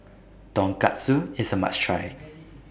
Tonkatsu IS A must Try